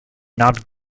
not